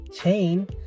chain